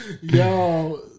Yo